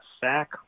sack